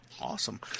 Awesome